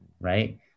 right